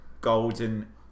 golden